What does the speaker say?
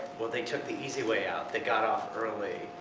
well they took the easy way out. they got off early.